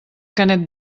canet